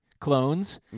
clones